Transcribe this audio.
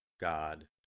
God